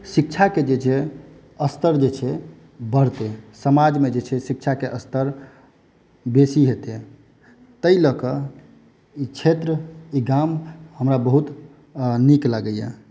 शिक्षाके जे छै स्तर जे छै बढ़तै समाजमे जे छै से शिक्षाके स्तर बेसी हेतै ताहि लऽकऽ ई क्षेत्र ई गाम हमरा बहुत नीक लगैया